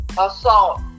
assault